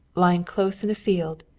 lying close in a field,